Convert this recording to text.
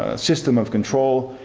ah system of control.